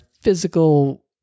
physical